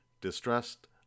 distressed